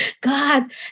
God